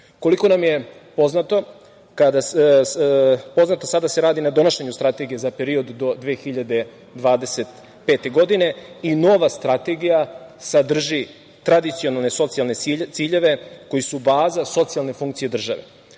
nam je poznato, sada se radi na donošenju strategije za period do 2025. godine i nova strategija sadrži tradicionalne socijalne ciljeve koji su baza socijalne funkcije države.